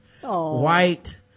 white